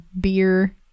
beer